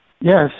Yes